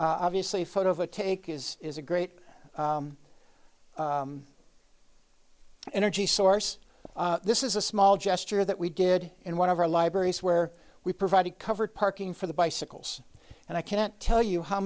obviously photo of a take is is a great energy source this is a small gesture that we did in one of our libraries where we provided covered parking for the bicycles and i can't tell you how